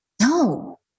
No